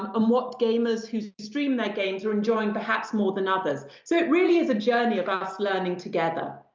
um what gamers who stream their games are enjoying perhaps more than others. so it really is a journey of us learning together.